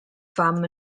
fam